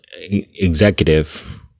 executive